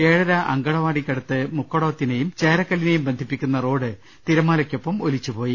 ഏഴര അങ്കണവാടിക്കടുത്ത മുക്കടോത്തിനെയും ചേരക്കല്പി നെയും ബന്ധിപ്പിക്കുന്ന റോഡ് തിരമാലയ് ക്കൊപ്പം ഒലിച്ചുപോയി